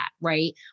Right